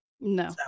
No